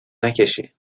نکشی